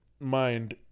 mind